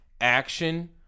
action